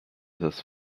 his